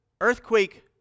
earthquake